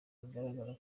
bigaragara